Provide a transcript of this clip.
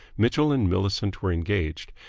mitchell and millicent were engaged,